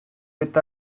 with